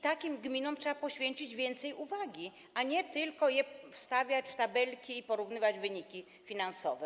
Takim gminom trzeba poświęcić więcej uwagi, a nie tylko wstawiać w tabelki i porównywać wyniki finansowe.